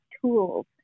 tools